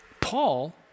Paul